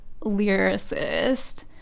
lyricist